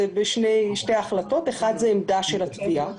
זה בשתי החלטות כאשר האחת היא עמדה של התביעה.